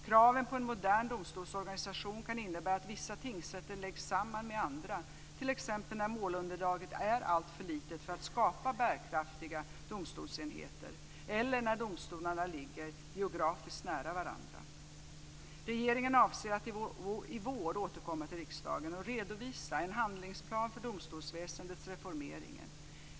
Kraven på en modern domstolsorganisation kan innebära att vissa tingsrätter läggs samman med andra, t.ex. när målunderlaget är alltför litet för att skapa bärkraftiga domstolsenheter eller när domstolarna ligger geografiskt nära varandra. Regeringen avser att i vår återkomma till riksdagen och redovisa en handlingsplan för domstolsväsendets reformering.